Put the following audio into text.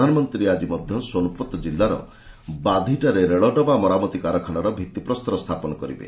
ପ୍ରଧାନମନ୍ତ୍ରୀ ମଧ୍ୟ ଆଜି ସୋନିପତ୍ କିଲ୍ଲାର ବାଧିଠାରେ ରେଳଡବା ମରାମତି କାରଖାନାର ଭିଭିପ୍ରସ୍ତର ସ୍ଥାପନ କରିବେ